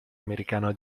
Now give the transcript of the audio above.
americano